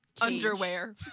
underwear